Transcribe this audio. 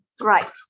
Right